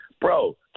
bro